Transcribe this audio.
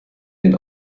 den